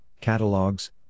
catalogs